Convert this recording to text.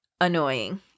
annoying